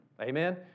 Amen